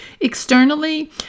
Externally